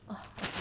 uh okay